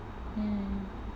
hmm